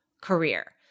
career